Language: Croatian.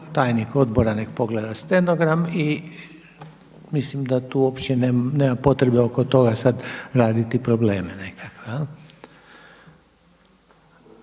tajnik odbora neka pogleda stenogram i mislim da tu uopće nema potrebe oko toga raditi probleme nekakve.